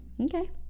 Okay